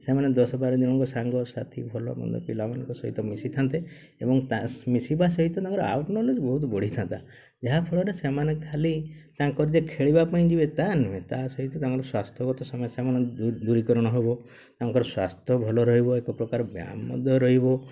ସେମାନେ ଦଶ ବାରଜଣଙ୍କ ସାଙ୍ଗସାଥି ଭଲ ମନ୍ଦ ପିଲାମାନଙ୍କ ସହିତ ମିଶିଥାନ୍ତେ ଏବଂ ତା ମିଶିବା ସହିତ ତାଙ୍କର ଆଉଟ୍ର୍ କ୍ନୋଲେଜ୍ ବହୁତ ବଢ଼ିଥାନ୍ତା ଯାହାଫଳରେ ସେମାନେ ଖାଲି ତାଙ୍କର ଯେ ଖେଳିବା ପାଇଁ ଯିବେ ତା ନୁହେଁ ତା ସହିତ ତାଙ୍କର ସ୍ୱାସ୍ଥ୍ୟଗତ ସମସ୍ୟାମାନେ ଦୂରୀକରଣ ହେବ ତାଙ୍କର ସ୍ୱାସ୍ଥ୍ୟ ଭଲ ରହିବ ଏକ ପ୍ରକାର ବ୍ୟାୟାମ ମଧ୍ୟ ରହିବ